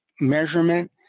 measurement